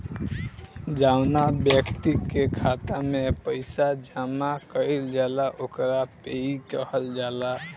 जौवना ब्यक्ति के खाता में पईसा जमा कईल जाला ओकरा पेयी कहल जाला